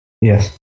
Yes